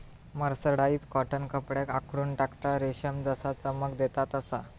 mercerised cotton कपड्याक आखडून टाकता, रेशम जसा चमक देता तसा